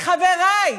לחבריי,